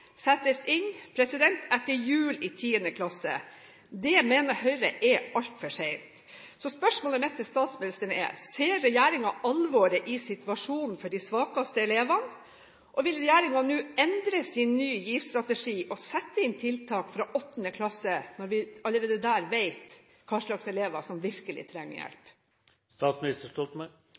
settes inn etter jul i 10. klasse. Det mener Høyre er altfor sent. Spørsmålet mitt til statsministeren er: Ser regjeringen alvoret i situasjonen for de svakeste elevene, og vil regjeringen nå endre sin Ny GIV-strategi og sette inn tiltak fra 8. klasse, når vi allerede der vet hvilke elever som virkelig trenger